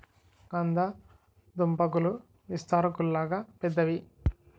కంద దుంపాకులు విస్తరాకుల్లాగా పెద్దవి